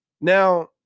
Now